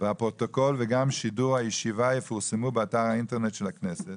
והפרוטוקול וגם שידור הישיבה יפורסמו באתר האינטרנט של הכנסת.